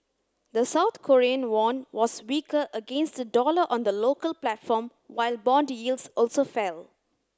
the South Korean won was weaker against the dollar on the local platform while bond yields also fell